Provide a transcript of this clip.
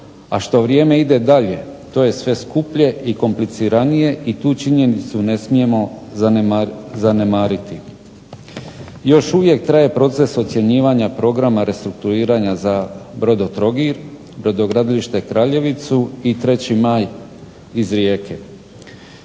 a što vrijeme ide dalje to je sve skuplje i kompliciranije i tu činjenicu ne smijemo zanemariti. Još uvijek traje proces ocjenjivanja programa restrukturiranja za Brodotrogir, Brodogradilište Kraljevicu i 3. maj iz Rijeke.